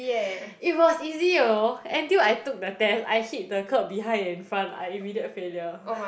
it was easy you know until I took the test I hit the curb behind and in front I immediate failure